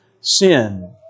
sin